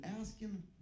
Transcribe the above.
asking